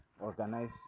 organize